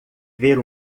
ver